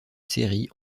série